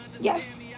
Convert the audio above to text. Yes